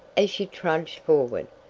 as she trudged forward.